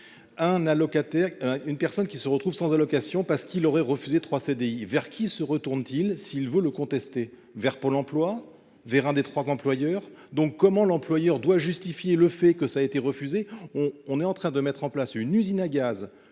qu'une personne qui se retrouvent sans allocation parce qu'il aurait refusé 3 CDI vers qui se retourne-t-il s'il vous le contestez vers Pôle Emploi vers un des 3 employeur donc comment l'employeur doit justifier le fait que ça a été refusé, on est en train de mettre en place une usine à gaz